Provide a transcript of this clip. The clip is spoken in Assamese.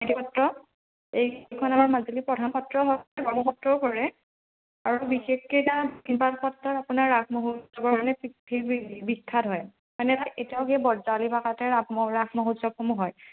সত্ৰ এইকেইখন আমাৰ মাজুলী প্ৰধান সত্ৰ হয় গড়মূৰ সত্ৰও পৰে আৰু বিশেষকে তাত দক্ষিণপাট সত্ৰৰ আপোনাৰ ৰাস মহোৎসৱৰ মানে পৃথিৱী বি বিখ্যাত হয় মানে এতিয়াও সেই বৰজাৱলী ভাষাতে ৰাস মহোৎসৱসমূহ হয়